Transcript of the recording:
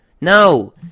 No